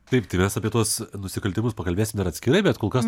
taip tai mes apie tuos nusikaltimus pakalbėsim ir atskirai bet kol kas